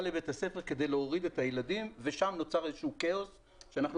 לבית הספר כדי להוריד את הילדים ושם נוצר איזשהו כאוס שאנחנו